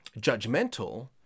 judgmental